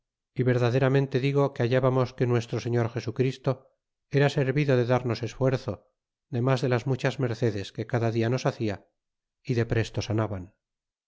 y verdaderamente digo que hallábamos que nuestro señor jesu christo era servido de darnos esfuerzo demas de las muchas mercedes que cada dia nos hacia y depresto sanaban